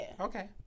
Okay